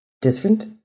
different